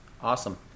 Awesome